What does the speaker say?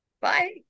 Bye